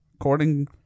according